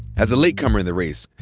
as a latecomer in the race,